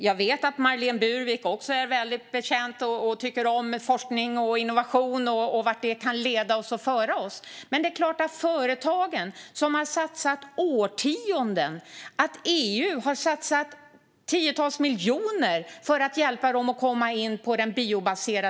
Jag vet att Marlene Burwick också är väldigt besjälad av och tycker om forskning och innovation och vart detta kan föra oss, men det här slår hårt mot företagen som har satsat årtionden på att utveckla plast som de i dag kan tillverka utan en enda fossil kolatom.